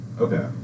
Okay